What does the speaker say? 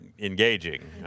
Engaging